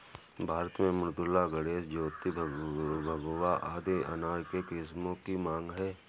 भारत में मृदुला, गणेश, ज्योति, भगवा आदि अनार के किस्मों की मांग है